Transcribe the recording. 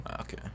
okay